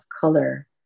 color